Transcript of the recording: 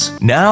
Now